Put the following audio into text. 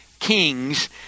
kings